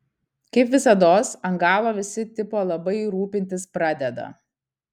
kaip visados ant galo visi tipo labai rūpintis pradeda